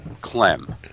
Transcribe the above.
Clem